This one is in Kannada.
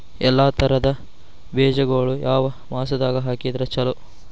ಎಲ್ಲಾ ತರದ ಬೇಜಗೊಳು ಯಾವ ಮಾಸದಾಗ್ ಹಾಕಿದ್ರ ಛಲೋ?